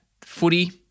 footy